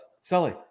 Sully